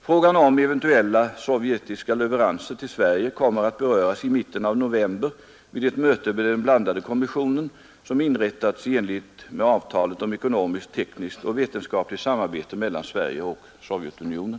Frågan om eventuella sovjetiska leveranser till Sverige kommer att beröras i mitten av november vid ett möte med den blandade kommissionen, som inrättats i enlighet med avtalet om ekonomiskt, tekniskt och vetenskapligt samarbete mellan Sverige och Sovjetunionen,